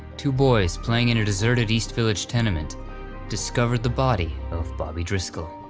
two boys playing in a deserted east village tenement discovered the body of bobby driscoll.